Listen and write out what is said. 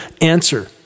Answer